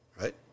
right